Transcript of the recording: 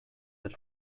that